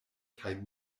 kaj